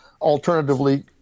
alternatively